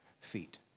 feet